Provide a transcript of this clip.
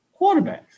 quarterbacks